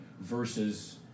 versus